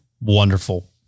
Wonderful